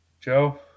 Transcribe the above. Joe